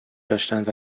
داشتند